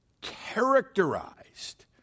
characterized